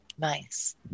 Nice